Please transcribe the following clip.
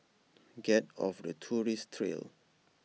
get off the tourist trail